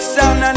Sound